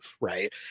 right